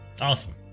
Awesome